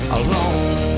alone